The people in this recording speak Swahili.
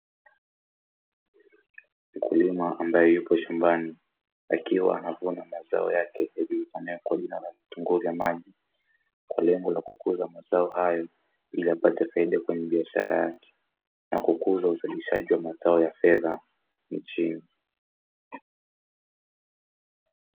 Mkulima ambaye yuko shambani akiwa anavuna mazao yake yajulikanao kwa jina la vitunguu vya maji, kwa lengo la kukuza mazao hayo ili apate faida kwenye biashara yake, na kukuza uzalishaji wa mazao ya fedha nchini.